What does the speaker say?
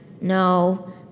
No